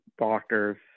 doctors